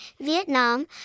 Vietnam